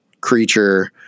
creature